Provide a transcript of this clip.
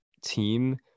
team